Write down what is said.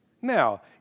Now